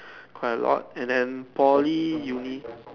quite a lot and then Poly Uni